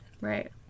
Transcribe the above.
Right